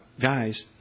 guys